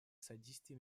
содействии